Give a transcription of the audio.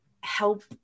help